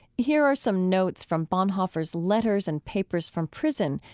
here are some notes from bonhoeffer's letters and papers from prison,